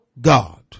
God